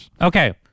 Okay